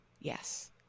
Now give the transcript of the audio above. Yes